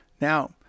Now